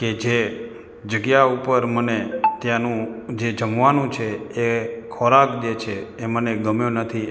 કે જે જગ્યા ઉપર મને ત્યાંનું જે જમવાનું છે એ ખોરાક જે છે એ મને ગમ્યો નથી